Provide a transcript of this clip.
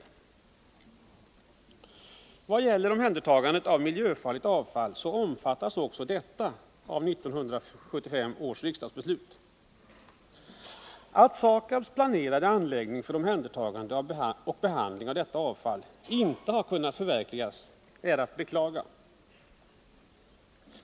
Även frågan om omhändertagande av miljöfarligt avfall omfattas av 1975 års riksdagsbeslut. Att SAKAB:s planerade anläggning för omhändertagande och behandling av detta avfall inte har kunnat förverkligas är att beklaga.